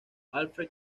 alfred